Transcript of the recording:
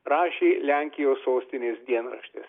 rašė lenkijos sostinės dienraštis